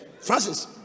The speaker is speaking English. Francis